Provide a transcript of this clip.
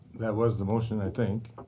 that was the motion, i think.